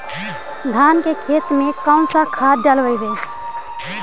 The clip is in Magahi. धान के खेत में कौन खाद डालबै?